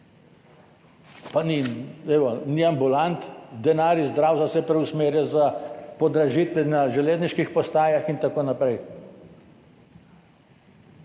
pa ni ambulant, denar iz zdravstva se preusmerja za podražitve na železniških postajah in tako naprej.